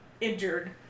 injured